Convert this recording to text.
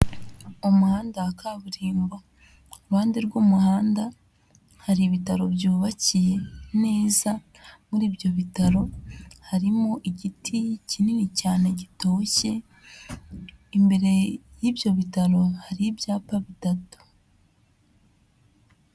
Umuhanda wa kaburimbo, ku ruhande rw'umuhanda hari ibitaro byubakiye neza, muri ibyo bitaro harimo igiti kinini cyane gitoshye, imbere y'ibyo bitaro hari ibyapa bitatu.